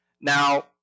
Now